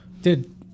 dude